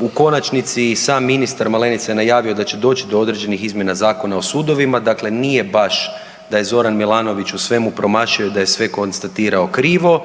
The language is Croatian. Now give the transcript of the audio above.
u konačnici i sam ministar Malenica je najavio da će doći do određenih izmjena Zakona o sudovima, dakle nije baš da je Zoran Milanović u svemu promašio, da je sve donio krivo,